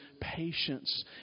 patience